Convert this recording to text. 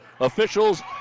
officials